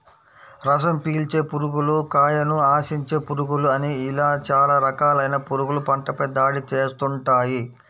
రసం పీల్చే పురుగులు, కాయను ఆశించే పురుగులు అని ఇలా చాలా రకాలైన పురుగులు పంటపై దాడి చేస్తుంటాయి